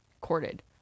corded